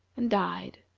and died.